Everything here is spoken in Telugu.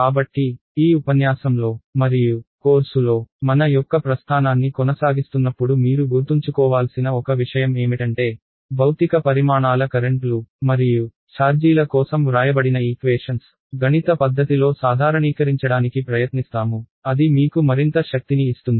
కాబట్టి ఈ ఉపన్యాసంలో మరియు కోర్సులో మన యొక్క ప్రస్థానాన్ని కొనసాగిస్తున్నప్పుడు మీరు గుర్తుంచుకోవాల్సిన ఒక విషయం ఏమిటంటే భౌతిక పరిమాణాల కరెంట్లు మరియు ఛార్జీల కోసం వ్రాయబడిన ఈక్వేషన్స్గణిత పద్ధతిలో సాధారణీకరించడానికి ప్రయత్నిస్తాము అది మీకు మరింత శక్తిని ఇస్తుంది